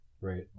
Right